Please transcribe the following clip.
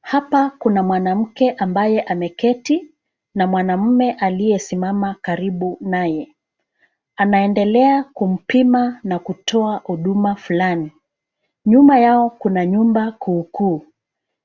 Hapa kuna mwanamke ambaye ameketi na mwanamume aliyesimama karibu naye. Anaendelea kumpima na kutoa huduma fulani. Nyuma yao kuna nyumba kuukuu.